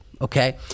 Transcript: Okay